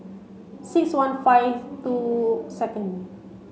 six one five two second